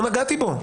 לא נגעתי בו.